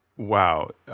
wow.